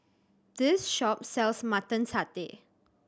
this shop sells Mutton Satay